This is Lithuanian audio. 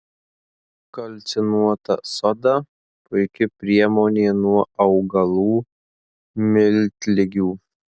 kalcinuota soda puiki priemonė nuo augalų miltligių